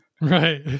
Right